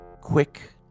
quick